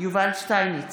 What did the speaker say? יובל שטייניץ,